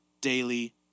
daily